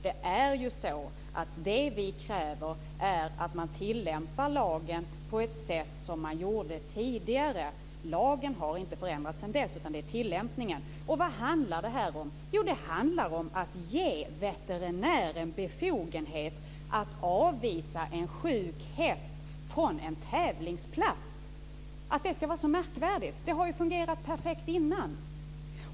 Det vi kräver är att man tillämpar lagen på ett sätt som man gjorde tidigare. Lagen har inte förändrats sedan dess, utan det är tillämpningen. Vad handlar det här om? Jo, det handlar om att ge veterinären befogenhet att avvisa en sjuk häst från en tävlingsplats. Att det ska vara så märkvärdigt! Det har ju fungerat perfekt innan!